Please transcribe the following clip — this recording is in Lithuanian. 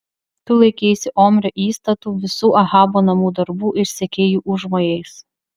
tu laikeisi omrio įstatų visų ahabo namų darbų ir sekei jų užmojais